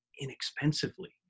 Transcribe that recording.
inexpensively